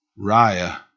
Raya